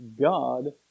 God